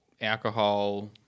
alcohol